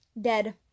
dead